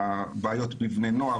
הבעיות בבני נוער,